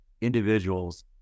individuals